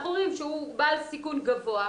אנחנו אומרים שהוא בעל סיכון גבוה,